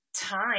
time